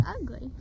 ugly